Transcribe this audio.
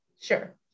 sure